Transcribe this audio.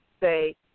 say